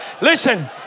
Listen